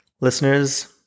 Listeners